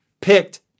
picked